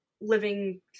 living